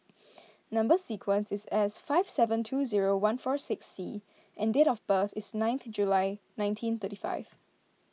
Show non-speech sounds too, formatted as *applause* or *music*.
*noise* Number Sequence is S five seven two zero one four six C and date of birth is ninth July nineteen thirty five